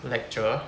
lecture